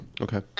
Okay